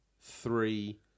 Three